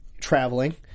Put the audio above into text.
traveling